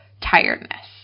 tiredness